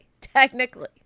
Technically